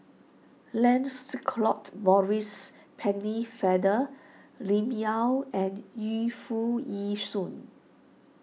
Lancelot Maurice Pennefather Lim Yau and Yu Foo Yee Shoon